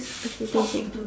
okay K thank